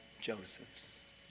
Josephs